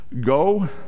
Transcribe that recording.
go